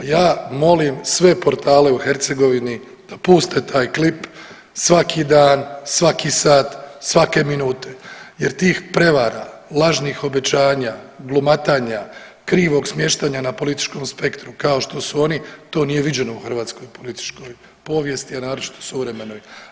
Pa ja molim sve portale u Hercegovini da puste taj klip svaki dan, svaki sat, svake minute jer tih prevara, lažnih obećanja, glumatanja, krivog smještanja na političkom spektru kao što u oni to nije viđeno u hrvatskoj političkoj povijesti, a naročito suvremenoj.